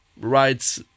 right